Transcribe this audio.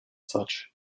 such